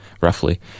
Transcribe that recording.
roughly